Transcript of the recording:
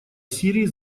сирии